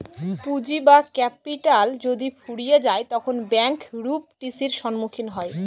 পুঁজি বা ক্যাপিটাল যদি ফুরিয়ে যায় তখন ব্যাঙ্ক রূপ টি.সির সম্মুখীন হয়